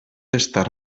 estar